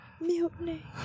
Mutiny